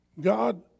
God